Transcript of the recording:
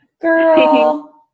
girl